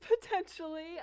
potentially